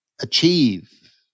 achieve